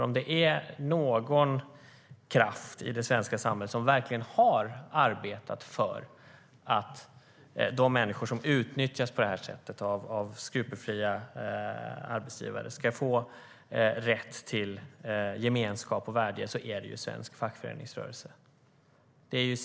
Om det är någon kraft i det svenska samhället som verkligen har arbetat för att de människor som utnyttjas av skrupelfria arbetsgivare ska få rätt till gemenskap och värdighet är det ju svensk fackföreningsrörelse.